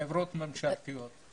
חברות ממשלתיות.